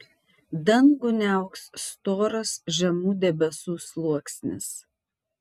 dangų niauks storas žemų debesų sluoksnis